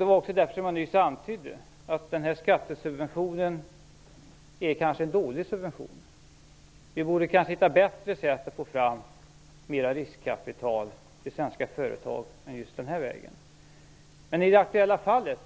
Det var också därför som jag nyss antydde att skattesubventionen kanske är en dålig subvention. Vi borde kanske hitta bättre sätt än detta att få fram mer riskkapital till svenska företag. I det aktuella fallet